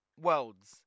worlds